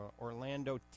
Orlando